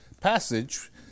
passage